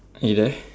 are you there